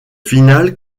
finale